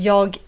Jag